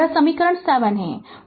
यह समीकरण 7 है